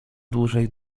dłużej